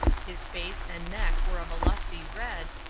his face and neck were of a lusty red,